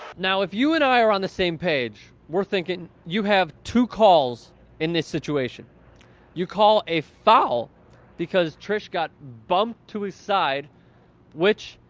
now if you and i are on the same page were thinking you have two calls in this situation you call a phone call because trish got bumped to his side ah.